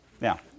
Now